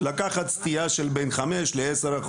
לקחת סטייה של בין 5% ל- 10%,